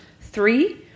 three